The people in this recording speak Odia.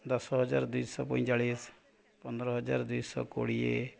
ଦଶ ହଜାର ଦୁଇଶହ ପଇଁଚାଳିଶ ପନ୍ଦର ହଜାର ଦୁଇଶହ କୋଡ଼ିଏ